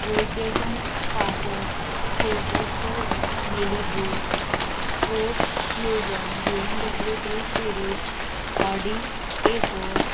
वोलकेशन पासत शेवरोस्त Malibu Ford Fusion B M W three series Audi A four